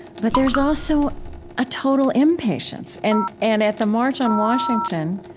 but there's also a total impatience and and at the march on washington,